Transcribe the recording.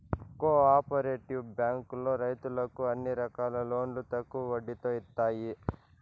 co operative బ్యాంకులో రైతులకు అన్ని రకాల లోన్లు తక్కువ వడ్డీతో ఇత్తాయి